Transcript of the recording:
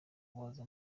abaza